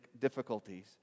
difficulties